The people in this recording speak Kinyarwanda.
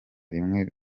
rimwe